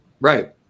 Right